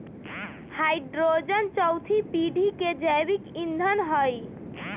hydrogen चउथी पीढ़ी के जैविक ईंधन हई